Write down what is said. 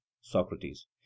Socrates